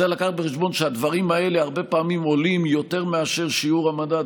צריך להביא בחשבון שהדברים האלה הרבה פעמים עולים יותר מאשר שיעור המדד.